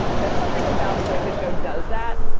there's something about the way the show does that.